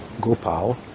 gopal